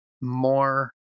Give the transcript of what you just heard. more